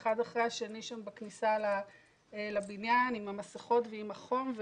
אחד אחרי השני שם בכניסה לבניין עם המסכות ועם החום,